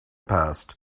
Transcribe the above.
passed